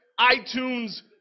iTunes